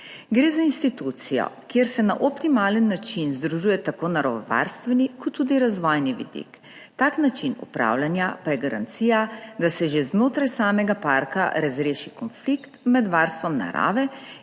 Gre za institucijo, kjer se na optimalen način združuje tako naravovarstveni kot tudi razvojni vidik. Tak način upravljanja pa je garancija, da se že znotraj samega parka razreši konflikt med varstvom narave